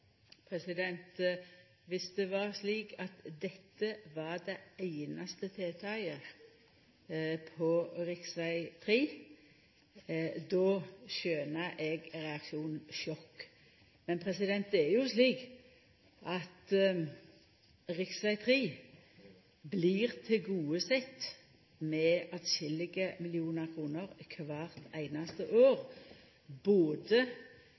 det skal øke trafikksikkerheten. Dersom det var slik at dette var det einaste tiltaket på rv. 3, då skjønar eg reaksjonen sjokk. Men det er jo slik at rv. 3 blir tilgodesett med atskillege millionar kroner kvart einaste år, både